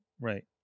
right